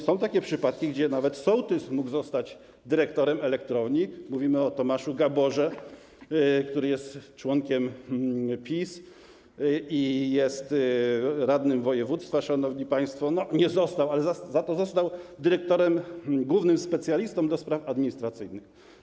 Są takie przypadki, że nawet sołtys mógł zostać dyrektorem elektrowni - mówimy o Tomaszu Gaborze, który jest członkiem PiS i jest radnym województwa, szanowni państwo - nie został dyrektorem, ale za to został głównym specjalistą do spraw administracyjnych.